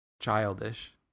childish